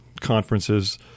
conferences